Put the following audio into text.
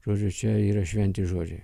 žodžiu čia yra šventi žodžiai